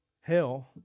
Hell